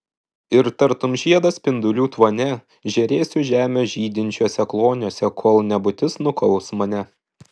ir tartum žiedas spindulių tvane žėrėsiu žemės žydinčiuose kloniuose kol nebūtis nukaus mane